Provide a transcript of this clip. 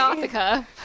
Gothica